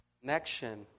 connection